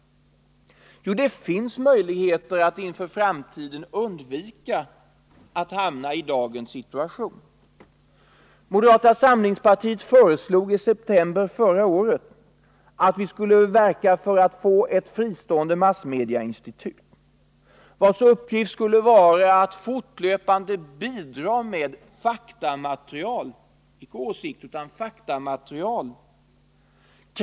Jo, det finns möjligheter att inför framtiden undvika att hamna i dagens situation. Moderata samlings partiet föreslog i september förra året att ett fristående massmedieinstitut skulle inrättas, vars uppgift skulle vara att fortlöpande bidra med faktamaterial — inte åsikter —i olika frågor.